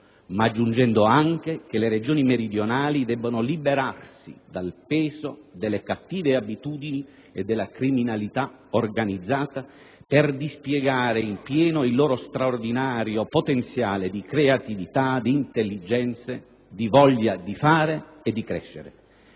ma aggiungendo anche che le Regioni meridionali debbano liberarsi dal peso delle cattive abitudini e dalla criminalità organizzata per dispiegare in pieno il loro straordinario potenziale di creatività, di intelligenze, di voglia di fare e di crescere.